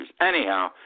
Anyhow